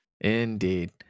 Indeed